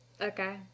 Okay